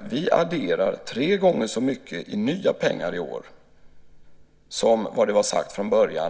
vi adderar som sagt tre gånger så mycket nya pengar i år som det var sagt från början.